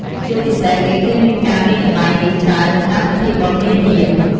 ជាពិសេស គេឃើញមានការលេងល្បែងនេះច្រើននៅតាមពិធីបុណ្យនានា។